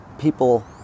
people